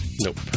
Nope